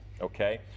okay